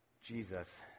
Jesus